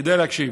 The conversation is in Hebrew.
כדאי להקשיב.